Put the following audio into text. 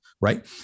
right